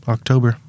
October